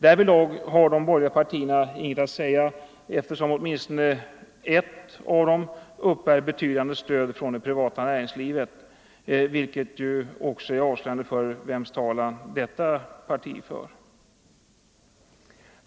Därvidlag har de borgerliga partierna inget att säga, eftersom åtminstone ett av dem uppbär betydande stöd från det privata näringslivet, vilket ju också avslöjar vems talan detta parti för.